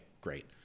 great